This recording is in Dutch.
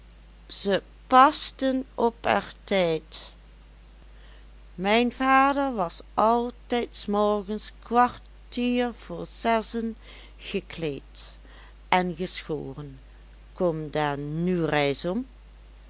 zeg ze pasten op er tijd mijn vader was altijd s morgens kwartier voor zessen gekleed en geschoren kom daar n reis